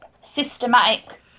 systematic